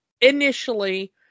initially